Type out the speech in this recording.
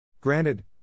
Granted